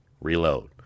reload